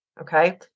okay